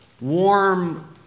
warm